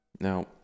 Now